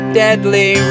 deadly